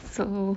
so